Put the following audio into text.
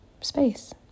space